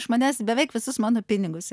iš manęs beveik visus mano pinigus